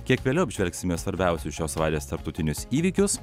kiek vėliau apžvelgsime svarbiausius šios savaitės tarptautinius įvykius